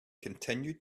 continued